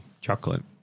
chocolate